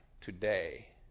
today